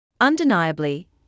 Undeniably